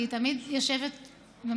כי היא תמיד יושבת ומאזינה.